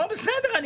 בסדר.